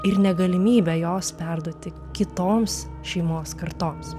ir negalimybę jos perduoti kitoms šeimos kartoms